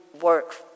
work